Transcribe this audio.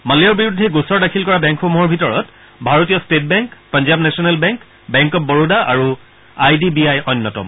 মালিয়াৰ বিৰুদ্ধে গোচৰ দাখিল কৰা বেংকসমূহৰ ভিতৰত ভাৰতীয় state bank Punjab national bank bank of Baroda আৰু আই ডি বি আই অন্যতম